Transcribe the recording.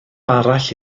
arall